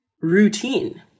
routine